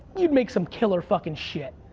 you'd make some killer fuckin' shit.